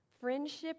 Friendship